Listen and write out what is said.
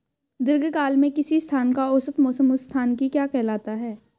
दीर्घकाल में किसी स्थान का औसत मौसम उस स्थान की क्या कहलाता है?